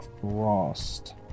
Frost